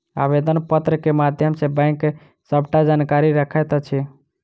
आवेदन पत्र के माध्यम सॅ बैंक सबटा जानकारी रखैत अछि